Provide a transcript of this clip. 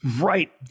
right